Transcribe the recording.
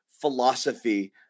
philosophy